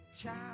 child